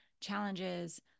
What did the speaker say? challenges